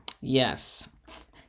Yes